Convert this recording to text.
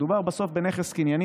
מדובר בסוף בנכס קנייני.